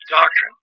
doctrine